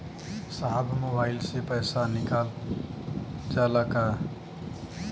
साहब मोबाइल से पैसा निकल जाला का?